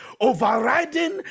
overriding